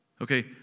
Okay